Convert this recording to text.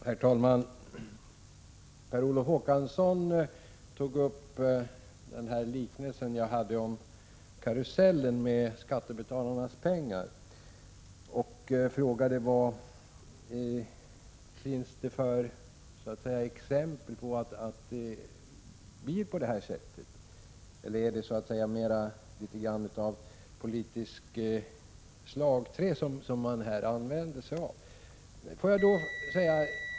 Herr talman! Per Olof Håkansson berörde mitt tal om karusellen med skattebetalarnas pengar och frågade om det fanns några belägg i det avseendet. Kanske är det något av ett politiskt slagträ man här använder sig av.